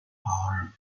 are